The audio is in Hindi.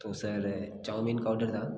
तो सर चाउमीन का ऑर्डर था